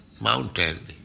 mountain